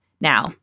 Now